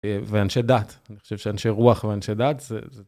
ואנשי דת, אני חושב שאנשי רוח ואנשי דת זה...